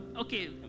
okay